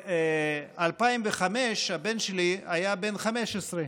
ב-2005 הבן שלי היה בן 15,